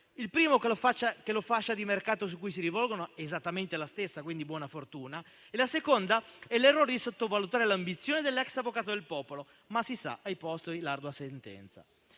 Il primo è che la fascia di mercato a cui si rivolgono è esattamente la stessa (quindi, buona fortuna) e il secondo è l'errore di sottovalutare l'ambizione dell'ex avvocato del popolo. Ma si sa: ai posteri l'ardua sentenza.